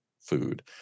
food